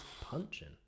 punching